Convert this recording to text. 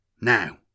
Now